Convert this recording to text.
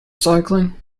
cycling